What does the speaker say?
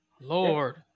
Lord